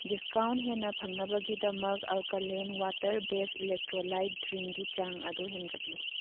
discount ꯍꯦꯟꯅ ꯐꯪꯅꯕꯒꯤꯗꯃꯛ alkaline water base electrolyte ꯗ꯭ꯔꯤꯡꯒꯤ ꯆꯥꯡ ꯑꯗꯨ ꯍꯦꯟꯒꯠꯂꯨ